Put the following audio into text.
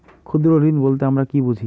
ক্ষুদ্র ঋণ বলতে আমরা কি বুঝি?